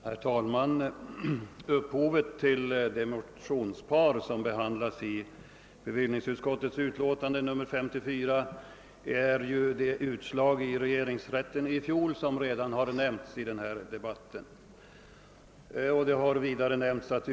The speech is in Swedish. Herr talman! Anledningen till att de motioner väckts som behandlas i bevillningsutskottets betänkande nr 54 är det utslag i regeringsrätten i fjol som redan nämnts i denna debatt.